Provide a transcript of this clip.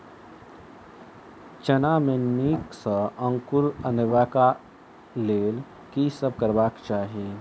चना मे नीक सँ अंकुर अनेबाक लेल की सब करबाक चाहि?